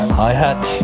hi-hat